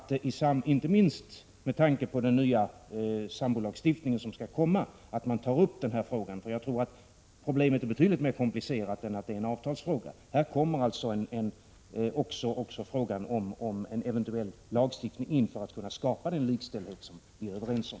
Inte minst med tanke på den nya sambolagstiftning som skall komma anser jag att det är dags att man tar upp denna fråga. Jag tror att problemet är betydligt mer komplicerat än att det är en avtalsfråga. Här kommer också frågan upp om en eventuell lagstiftning för att man skall kunna skapa den likställdhet som vi är överens om.